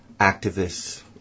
activists